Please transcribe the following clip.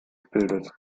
bildes